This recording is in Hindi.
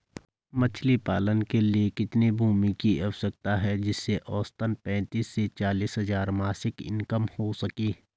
मछली पालन के लिए कितनी भूमि की आवश्यकता है जिससे औसतन पैंतीस से चालीस हज़ार मासिक इनकम हो सके?